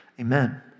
Amen